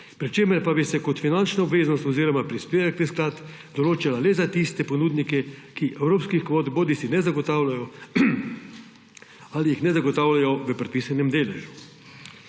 pri čemer pa bi se kot finančna obveznost oziroma prispevek v ta sklad določala le za tiste ponudnike, ki evropskih kvot bodisi ne zagotavljajo ali jih ne zagotavljajo v predpisanem deležu.